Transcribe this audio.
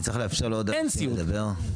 אין סיעוד,